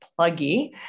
pluggy